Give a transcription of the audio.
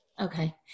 Okay